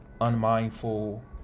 unmindful